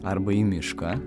arba į mišką